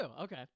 Okay